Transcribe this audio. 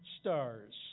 stars